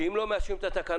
שאם לא מאשרים את התקנות